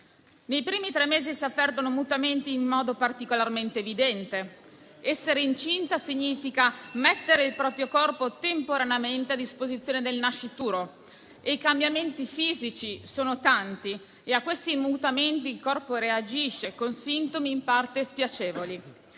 Nei primi tre mesi si affermano mutamenti in modo particolarmente evidente: essere incinta significa mettere il proprio corpo temporaneamente a disposizione del nascituro e i cambiamenti fisici sono tanti e a questi mutamenti il corpo reagisce con sintomi in parte spiacevoli.